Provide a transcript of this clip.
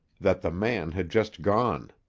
that the man had just gone.